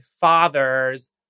father's